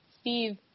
Steve